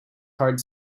heart